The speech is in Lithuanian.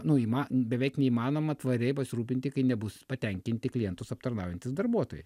nuima beveik neįmanoma tvariai pasirūpinti kai nebus patenkinti klientus aptarnaujantys darbuotojai